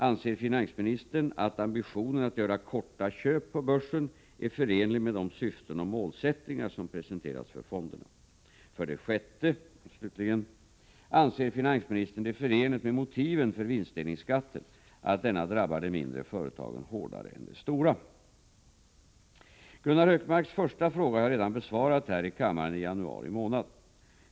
Anser finansministern att ambitionen att göra ”korta köp” på börsen är förenlig med de syften och målsättningar som presenterats för fonderna? 6. Anser finansministern det förenligt med motiven för vinstdelningsskatten att denna drabbar de mindre företagen hårdare än de stora? Gunnar Hökmarks första fråga har jag redan besvarat här i kammaren i januari månad.